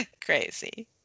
Crazy